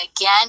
again